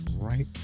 right